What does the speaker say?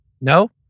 No